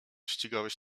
ścigałeś